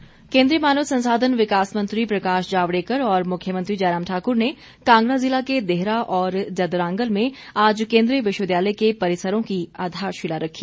जावडेकर केन्द्रीय मानव संसाधन विकास मंत्री प्रकाश जावडेकर और मुख्यमंत्री जयराम ठाक्र ने कांगड़ा जिला के देहरा और जदरांगल में आज केन्द्रीय विश्वविद्यालय के परिसरों की आधारशिला रखी